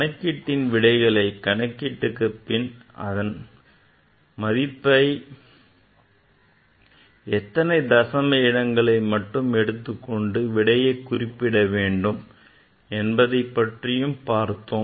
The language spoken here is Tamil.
கணிப்பியில் விடைகளை கணக்கிட்ட பின் அதன் மதிப்பாக இருந்தாலும் நாம் எத்தனை தசம இடங்களை மட்டும் எடுத்து கொண்டு விடையை குறிப்பிடவேண்டும் என்பது பற்றியும் பார்த்தோம்